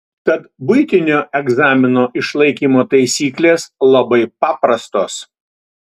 tad buitinio egzamino išlaikymo taisyklės labai paprastos